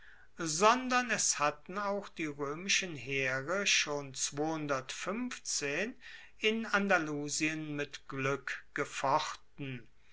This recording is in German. sondern es hatten auch die roemischen heere schon in andalusien mit glueck gefochten